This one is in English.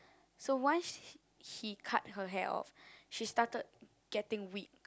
so once he cut her hair off she started getting weak